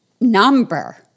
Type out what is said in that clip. number